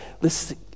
Listen